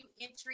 entry